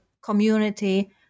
community